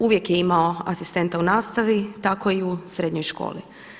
Uvijek je imao asistenta u nastavi, tako i u srednjoj školi.